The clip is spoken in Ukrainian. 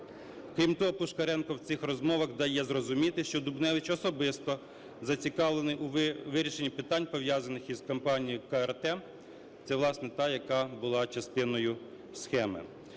Крім того, Пушкаренко в цих розмовах дає зрозуміти, що Дубневич особисто зацікавлений у вирішенні питань, пов'язаних із компанією КРТ - це, власне, та, яка була частиною схеми.